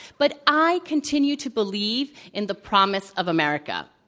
but i continue to believe in the promise of america.